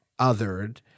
othered